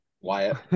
Wyatt